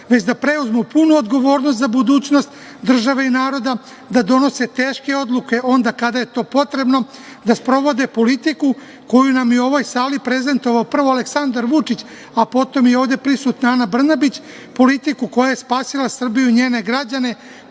već da preuzmu punu odgovornost za budućnost države i naroda da donose teške odluke onda kada je to potrebno, da sprovode politiku koju nam u ovoj sali prezentovao prvo Aleksandar Vučić, a potom i ovde prisutna Ana Brnabić, politiku koja je spasila Srbiju i njene građane